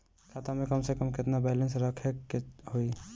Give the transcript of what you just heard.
खाता में कम से कम केतना बैलेंस रखे के होईं?